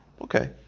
Okay